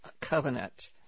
covenant